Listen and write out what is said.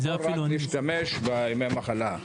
הוא יכול רק להשתמש בימי המחלה.